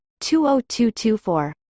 20224